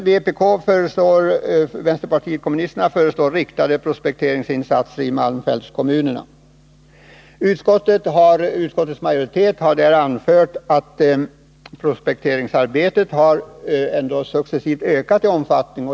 Även vänsterpartiet kommunisterna föreslår riktade prospekteringsinsatser i malmfältskommunerna. Utskottets majoritet har anfört att prospekteringsarbetet successivt har ökat iomfattning.